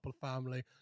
family